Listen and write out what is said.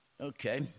Okay